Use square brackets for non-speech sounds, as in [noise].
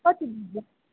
कति [unintelligible]